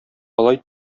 алай